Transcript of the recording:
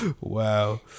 Wow